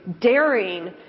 daring